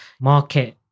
market